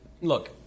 Look